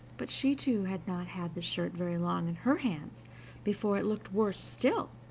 but she too had not had the shirt very long in her hands before it looked worse still,